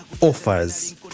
offers